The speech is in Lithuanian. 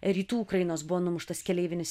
rytų ukrainos buvo numuštas keleivinis